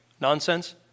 nonsense